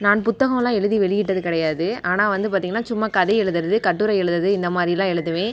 நான் புத்தகமெலாம் எழுதி வெளியிட்டது கிடையாது ஆனால் வந்து பார்த்தீங்கன்னா சும்மா கதை எழுதுறது கட்டுரை எழுதுறது இந்தமாதிரிலாம் எழுதுவேன்